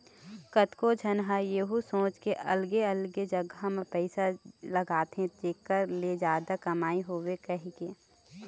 कतको झन ह यहूँ सोच के अलगे अलगे जगा म पइसा लगाथे जेखर ले जादा कमई होवय कहिके